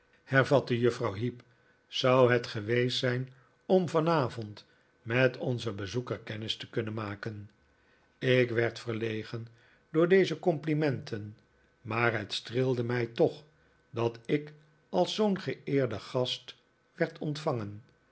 hervatte juffrouw heep zou het geweest zijn om vanavond met onzen bezoeker kennis te kunnen maken ik werd verlegen door deze complimenten maar het streelde mij toch dat ik als zoo'n geeerden gast werd ontvangen